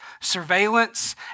surveillance